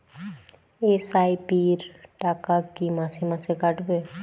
SIP র টাকা কী মাসে মাসে কাটবে?